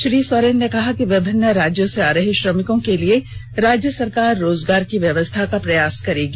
श्री सोरेन ने कहा कि विभिन्न राज्यों से आ रहे श्रमिकों के लिए राज्य सरकार रोजगार की व्यवस्था का प्रयास करेगी